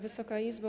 Wysoka Izbo!